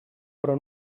però